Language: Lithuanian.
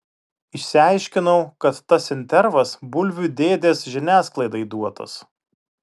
išsiaiškinau kad tas intervas bulvių dėdės žiniasklaidai duotas